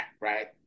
right